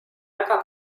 väga